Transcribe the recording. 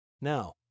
Now